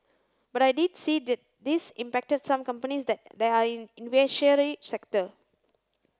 but I did see that this impacted some companies that they are in in sector